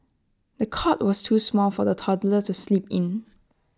the cot was too small for the toddler to sleep in